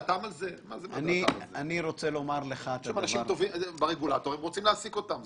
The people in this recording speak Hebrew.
יש אנשים טובים ברגולטורים, הם רוצים להעסיק אותם.